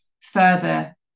further